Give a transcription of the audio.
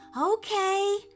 Okay